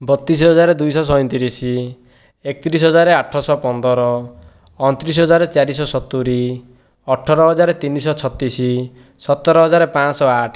ବତିଶହଜାର ଦୁଇଶହ ସଇଁତିରିଶି ଏକତିରିଶ ହଜାର ଆଠଶହ ପନ୍ଦର ଅଣତିରିଶ ହଜାର ଚାରି ଶହ ସତୁରୀ ଅଠର ହଜାର ତିନି ଶହ ଛତିଶ ସତର ହଜାର ପାଞ୍ଚଶହ ଆଠ